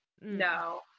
no